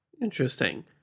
Interesting